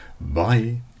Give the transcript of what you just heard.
Bye